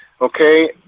okay